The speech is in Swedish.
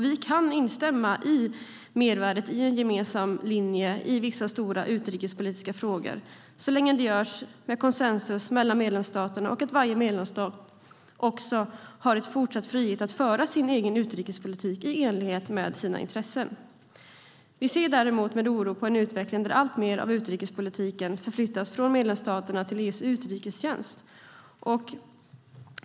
Vi kan instämma i mervärdet i en gemensam linje i vissa stora utrikespolitiska frågor så länge det görs med konsensus mellan medlemsstaterna och varje medlemsstat också fortsatt har frihet att föra sin egen utrikespolitik i enlighet med sina intressen. Vi ser däremot med oro på en utveckling där alltmer av utrikespolitiken förflyttas från medlemsstaterna till EU:s utrikestjänst.